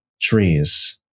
trees